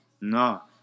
No